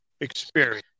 Experience